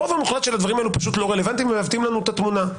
הרוב המוחלט של הדברים האלה פשוט לא רלוונטיים ומעוותים לנו את התמונה.